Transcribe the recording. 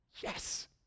yes